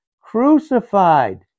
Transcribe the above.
Crucified